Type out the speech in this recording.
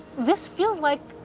this feels like